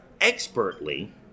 expertly